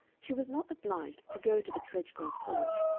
she was not obliged to go to the tredgold college,